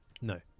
No